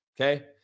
Okay